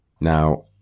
Now